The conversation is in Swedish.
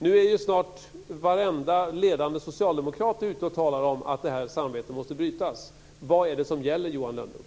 Nu är snart varenda ledande socialdemokrat ute och talar om att samarbetet måste brytas. Vad är det som gäller, Johan Lönnroth?